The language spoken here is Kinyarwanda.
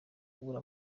kubura